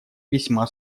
весьма